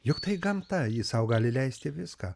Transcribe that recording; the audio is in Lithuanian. juk tai gamta ji sau gali leisti viską